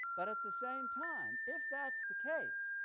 but at the same time, if that's the case,